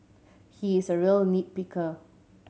he is a real nit picker